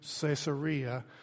Caesarea